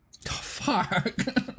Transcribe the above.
fuck